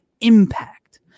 impact